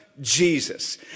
Jesus